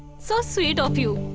so sweet of you.